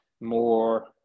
more